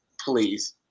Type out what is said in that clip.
please